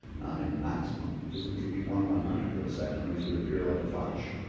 not a maximum because it could be one one hundred of a second which would appear like a flash.